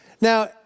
Now